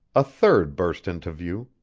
a third burst into view,